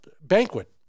banquet